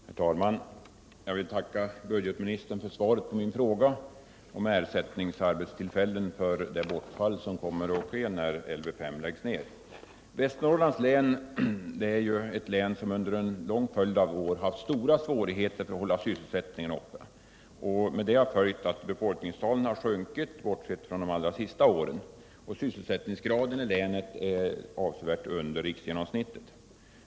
Herr talman! Jag vill tacka budgetministern för svaret på min fråga om arbetstillfällen som ersättning för det bortfall som kommer att ske då Lv 5 läggs ned. Västernorrlands län har ju under en lång följd av år haft stora svårigheter att hålla sysselsättningen uppe, och med det har följt att befolkningstalet sjunkit, bortsett från de allra senaste åren. Sysselsättningsgraden ilänet ligger avsevärt under riksgenomsnittet.